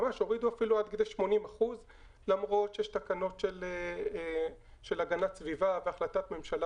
הורידו עד כדי 80% למרות שיש תקנות של הגנת סביבה והחלטת ממשלה